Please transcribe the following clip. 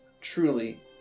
truly